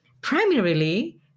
Primarily